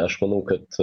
aš manau kad